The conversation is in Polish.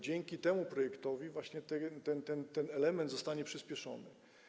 Dzięki temu projektowi właśnie ten element zostanie przyspieszony.